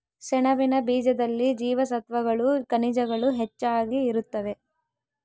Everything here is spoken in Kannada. ಸೆಣಬಿನ ಬೀಜದಲ್ಲಿ ಜೀವಸತ್ವಗಳು ಖನಿಜಗಳು ಹೆಚ್ಚಾಗಿ ಇರುತ್ತವೆ